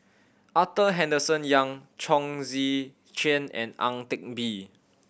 Arthur Henderson Young Chong Tze Chien and Ang Teck Bee